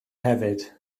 hefyd